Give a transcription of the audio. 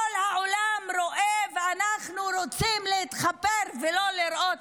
כל העולם רואה, ואנחנו רוצים להתחפר ולא לראות.